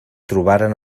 trobaren